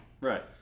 Right